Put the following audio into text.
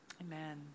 amen